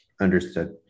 Understood